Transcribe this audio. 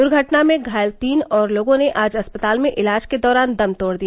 दूर्घटना में घायल तीन और लोगों ने आज अस्पताल में इलाज के दौरान दम तोड़ दिया